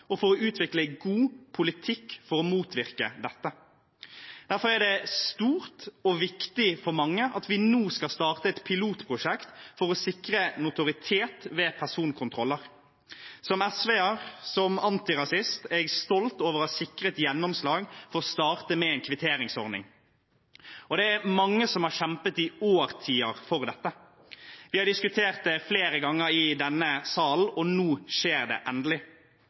og for å utvikle god politikk for å motvirke dette. Derfor er det stort og viktig for mange at vi nå skal starte et pilotprosjekt for å sikre notoritet ved personkontroller. Som SV-er og som antirasist er jeg stolt over å ha sikret gjennomslag for å starte med en kvitteringsordning. Det er mange som har kjempet i årtier for dette. Vi har diskutert det flere ganger i denne salen, og nå skjer det endelig.